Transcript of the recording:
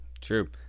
true